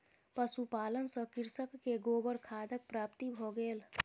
पशुपालन सॅ कृषक के गोबर खादक प्राप्ति भ गेल